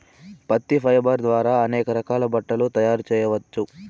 పత్తి ఫైబర్ ద్వారా అనేక రకాల బట్టలు తయారు చేయచ్చు